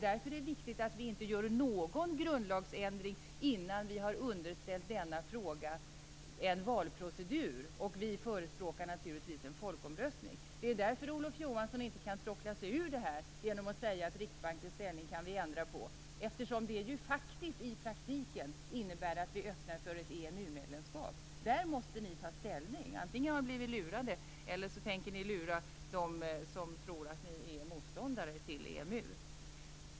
Därför är det viktigt att vi inte gör någon grundlagsändring innan vi har underställt denna fråga en valprocedur. Vi förespråkar naturligtvis en folkomröstning. Det är därför Olof Johansson inte kan tråckla sig ur detta genom att säga att vi kan ändra Riksbankens ställning. I praktiken innebär det att vi öppnar för ett EMU-medlemskap. Där måste ni ta ställning. Antingen har ni blivit lurade, eller också tänker ni lura dem som tror att ni är motståndare till EMU.